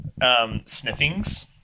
sniffings